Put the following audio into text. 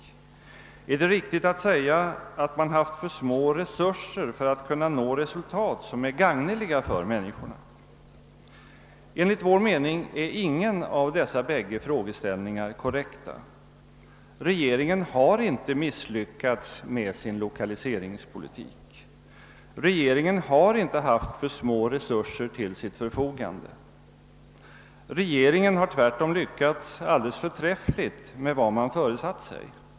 är det riktigt att säga att man haft för små resurser för att kunna nå resultat som är gagneliga för människorna? Enligt vår mening är ingen av dessa bägge frågeställningar korrekt. Regeringen har inte misslyckats med sin 1okaliseringspolitik. Regeringen har inte haft för små resurser till sitt förfogande. Regeringen har tvärtom lyckats alldeles förträffligt med vad man föresatt sig.